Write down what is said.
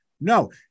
No